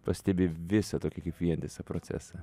pastebi visą tokį kaip vientisą procesą